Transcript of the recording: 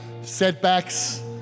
setbacks